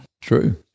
True